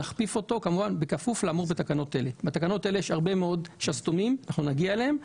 נכפיף אותו ונאמר בכפוף לאמור בתקנות לאמור בתקנות אלה.